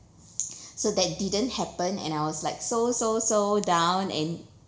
so that didn't happen and I was like so so so down and